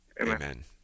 Amen